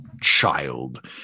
child